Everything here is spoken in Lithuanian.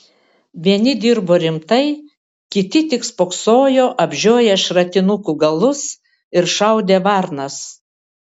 vieni dirbo rimtai kiti tik spoksojo apžioję šratinukų galus ir šaudė varnas